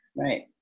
Right